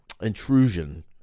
intrusion